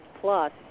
plus